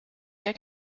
der